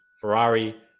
Ferrari